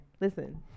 Listen